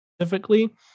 specifically